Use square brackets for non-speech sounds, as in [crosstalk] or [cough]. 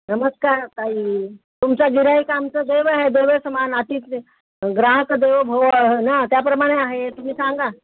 नमस्कार ताई तुमचा गिऱ्हाईक आमचं देव आहे देवासमान [unintelligible] ग्राहक देवो भव ना त्याप्रमाणे आहे तुम्ही सांगा